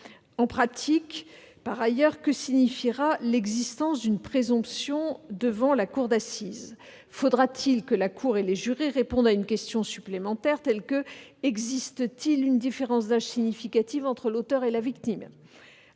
En pratique, que signifiera l'existence d'une présomption devant la cour d'assises ? Faudra-t-il que la cour et les jurés répondent à une question supplémentaire sur l'existence éventuelle d'une différence d'âge significative entre l'auteur et la victime ?